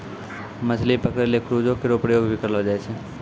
मछली पकरै ल क्रूजो केरो प्रयोग भी करलो जाय छै